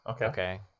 okay